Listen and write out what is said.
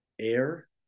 air